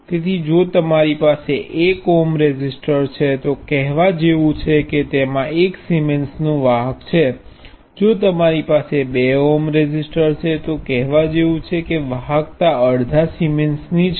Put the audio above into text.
તેથી જો તમારી પાસે 1 ઓમ રેઝિસ્ટર છે તો કહેવા જેવું છે કે તેમાં 1 સિમેન્સનું વાહક છે જો તમારી પાસે 2 ઓહ્મ રેઝિસ્ટર છે તો તે કહેવા જેવું છે કે વાહકતા અડધા સિમેન્સ છે